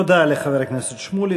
תודה לחבר הכנסת שמולי.